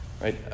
right